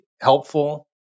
helpful